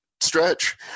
stretch